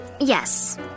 Yes